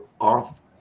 off